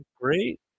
great